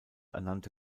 ernannte